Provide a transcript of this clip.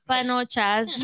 Panochas